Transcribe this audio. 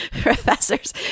professors